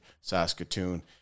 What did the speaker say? Saskatoon